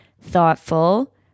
Thoughtful